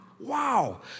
Wow